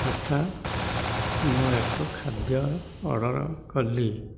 ଆଚ୍ଛା ମୁଁ ଏକ ଖାଦ୍ୟ ଅର୍ଡ଼ର କଲି